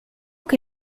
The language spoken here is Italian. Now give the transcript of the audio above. che